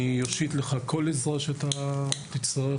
אני אושיט לך כל עזרה שאתה תצטרך,